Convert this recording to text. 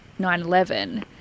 9/11